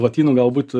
lotynų galbūt